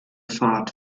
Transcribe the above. fahrt